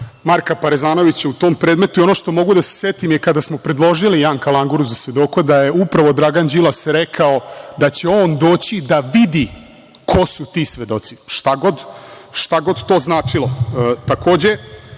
Marka Parezanovića u tom predmetu i ono što mogu da se setim je da kada smo predložili Janka Langura za svedoka, da je upravo Dragan Đilas rekao da će on doći da vidi ko su ti svedoci, šta god to značilo.